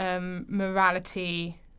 morality